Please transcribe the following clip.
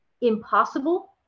impossible